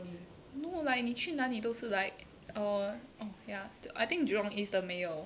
no like 你去哪里都是 like err oh ya I think jurong east 的没有